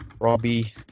Robbie